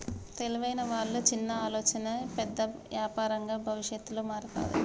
తెలివైన వాళ్ళ చిన్న ఆలోచనే పెద్ద యాపారంగా భవిష్యత్తులో మారతాది